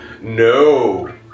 no